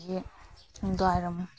ꯑꯗꯒꯤ ꯅꯨꯡꯗꯥꯡ ꯋꯥꯏꯔꯝ